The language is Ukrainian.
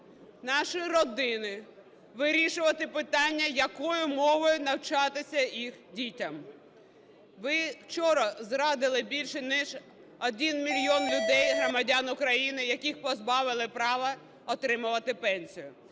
наші родини вирішувати питання, якою мовою навчатися їх дітям. Ви вчора зрадили більше ніж один мільйон людей, громадян України, яких позбавили права отримувати пенсію.